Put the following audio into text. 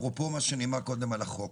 אפרופו מה שנאמר קודם על החוק: